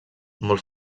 molt